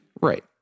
Right